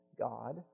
God